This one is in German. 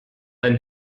ein